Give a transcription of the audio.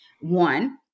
One